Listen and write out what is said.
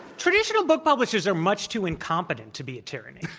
traditional book publishers are much too incompetent to be a tyranny.